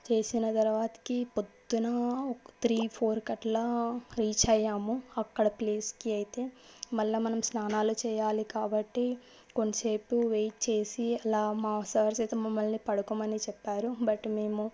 చేసిన తర్వాత పొద్దున ఒక త్రీ ఫోర్ కట్లా రీచ్ అయ్యాము అక్కడ ప్లేస్కి అయితే మళ్ళా మనం స్నానాలు చేయాలి కాబట్టి కొంసేపు వెయిట్ చేసి అలా మా సార్ చేత మమ్మల్ని పడుకోమని చెప్పారు బట్ మేము